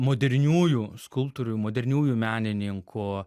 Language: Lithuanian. moderniųjų skulptorių moderniųjų menininkų